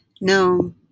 No